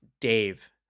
dave